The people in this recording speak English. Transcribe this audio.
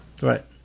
right